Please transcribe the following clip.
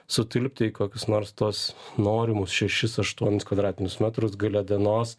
sutilpti į kokius nors tuos norimus šešis aštuonis kvadratinius metrus gale dienos